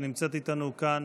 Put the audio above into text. שנמצאת איתנו כאן,